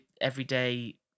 everyday